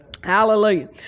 Hallelujah